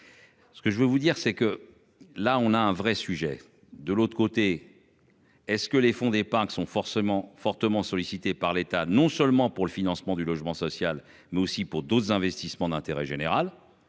Ce que je veux vous dire c'est que là on a un vrai sujet de l'autre côté. Est-ce que les fonds d'épargne sont forcément fortement sollicité par l'état non seulement pour le financement du logement social, mais aussi pour d'autres investissements d'intérêt général